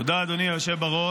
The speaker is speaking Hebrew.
תודה, אדוני היושב-ראש.